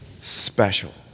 special